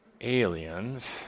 aliens